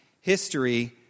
history